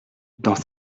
dans